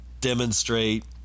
demonstrate